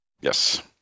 Yes